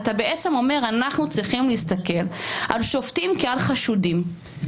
אתה בעצם אומר שאנחנו צריכים להסתכל על שופטים כעל חשודים.